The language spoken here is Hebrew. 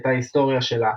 את ההיסטוריה שלה,